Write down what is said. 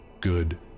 good